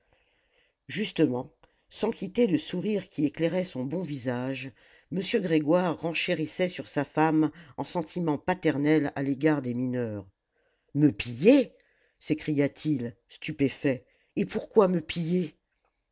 justement sans quitter le sourire qui éclairait son bon visage m grégoire renchérissait sur sa femme en sentiments paternels à l'égard des mineurs me piller s'écria-t-il stupéfait et pourquoi me piller